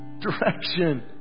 direction